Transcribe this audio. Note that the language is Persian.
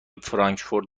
فرانکفورت